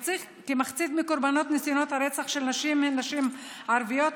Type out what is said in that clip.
כמחצית מקורבנות ניסיונות הרצח של נשים הן נשים ערביות.